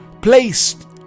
placed